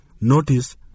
Notice